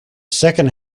second